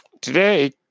Today